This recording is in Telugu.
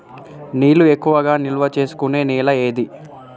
నీళ్లు ఎక్కువగా నిల్వ చేసుకునే నేల ఏది?